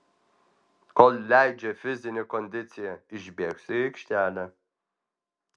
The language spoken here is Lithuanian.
kol leidžia fizinė kondicija išbėgsiu į aikštelę